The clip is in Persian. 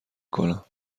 کنم